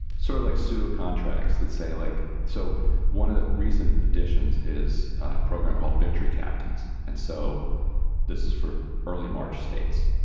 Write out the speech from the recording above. sort of like pseudo contracts that say like so one of the recent additions is a program called victory captains. and so this is for early march states,